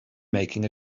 making